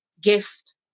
gift